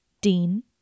Dean